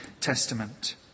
Testament